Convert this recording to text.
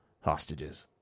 hostages